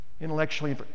intellectually